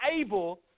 able